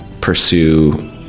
pursue